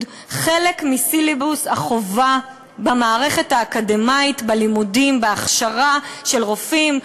חלק מסילבוס החובה במערכת האקדמית בלימודים ובהכשרה של רופאים,